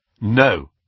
No